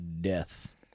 Death